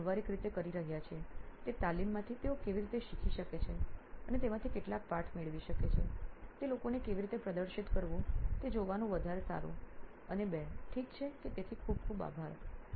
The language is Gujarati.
અમે વ્યવહારિક રીતે કરી રહ્યા છીએ તે તાલીમમાંથી તેઓ કેવી રીતે શીખી શકે છે અને તેમાંથી કેટલાક પાઠ મેળવી શકે છે તે લોકોને કેવી રીતે પ્રદર્શિત કરવું તે જોવાનું વધુ સારું અને બે ઠીક છે તેથી ખૂબ આભાર આભાર